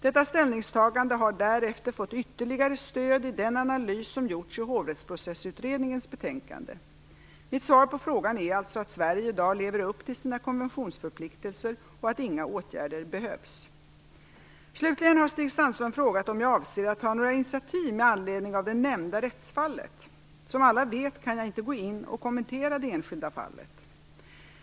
Detta ställningstagande har därefter fått ytterligare stöd i den analys som har gjorts i Hovrättsprocessutredningens betänkande. Mitt svar på frågan är alltså att Sverige i dag lever upp till sina konventionsförpliktelser och att inga åtgärder behövs. Slutligen har Stig Sandström frågat om jag avser att ta några initiativ med anledning av det nämnda rättsfallet. Som alla vet kan jag inte gå in och kommentera det enskilda fallet.